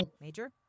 Major